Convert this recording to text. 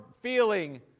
feeling